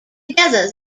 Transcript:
together